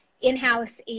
in-house